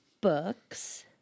books